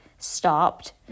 stopped